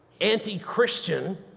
anti-Christian